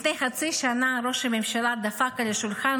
לפני חצי שנה ראש הממשלה דפק על השולחן